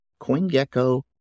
CoinGecko